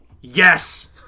Yes